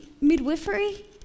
midwifery